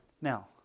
Now